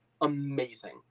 amazing